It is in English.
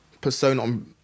persona